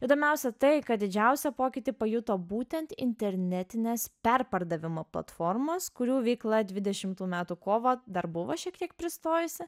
įdomiausia tai kad didžiausią pokytį pajuto būtent internetinės perpardavimo platformos kurių veikla dvidešimtų metų kovą dar buvo šiek tiek pristojusi